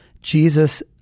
Jesus